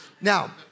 Now